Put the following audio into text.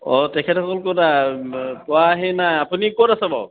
অঁ তেখেতসকল ক'তা পোৱাাহি নাই আপুনি ক'ত আছে বাৰু